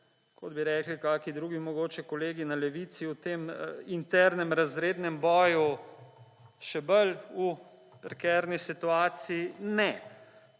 kot bi rekli v kakšni drugi mogoče kolegi na levici o tem internem razrednem boju še bolj v prekarni situaciji? Ne